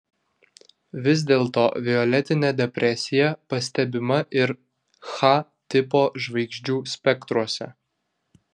vis dėlto violetinė depresija pastebima ir ch tipo žvaigždžių spektruose